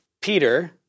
Peter